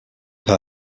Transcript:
pie